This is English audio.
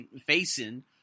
facing